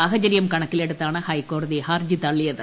സാഹചര്യം കണക്കില്ട്ടുത്താണ് ഹൈക്കോടതി ഹർജി തള്ളിയത്